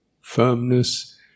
firmness